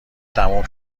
تموم